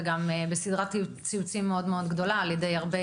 וגם בסדרת ציוצים מאוד מאוד גדולה על ידי הרבה